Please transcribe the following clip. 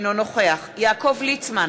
אינו נוכח יעקב ליצמן,